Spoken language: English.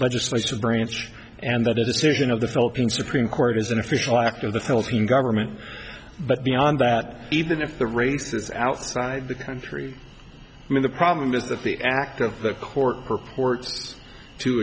legislative branch and the decision of the philippine supreme court is an official act of the philippine government but beyond that even if the race is outside the country i mean the problem is that the act of the court purports to